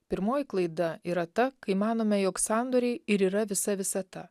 pirmoji klaida yra ta kai manome jog sandoriai ir yra visa visata